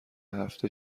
هفته